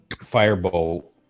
fireball